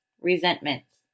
Resentments